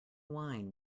wine